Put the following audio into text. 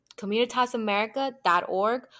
CommunitasAmerica.org